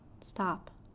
stop